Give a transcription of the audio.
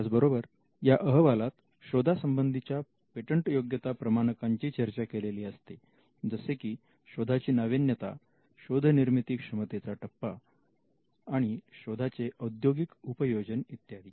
त्याच बरोबर या अहवालात शोधा संबंधीच्या पेटंटयोग्यता प्रमाणकांची चर्चा केलेली असते जसे की शोधाची नाविन्यता नवनिर्मिती क्षमतेचा टप्पा आणि शोधाचे औद्योगिक उपयोजन इत्यादी